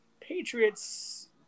Patriots